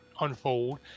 unfold